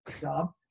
job